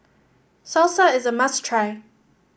salsa is a must try